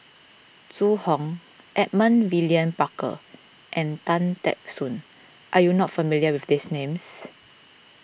Zhu Hong Edmund William Barker and Tan Teck Soon are you not familiar with these names